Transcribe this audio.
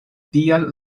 tial